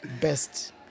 best